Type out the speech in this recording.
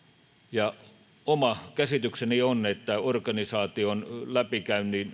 oma käsitykseni on että organisaation läpikäynnin